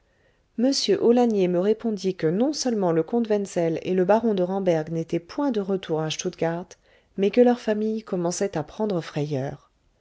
m aulagnier me répondit que non seulement le comte wenzel et le baron de ramberg n'étaient point de retour à stuttgard mais que leurs familles commençaient à prendre frayeur